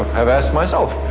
i've asked myself.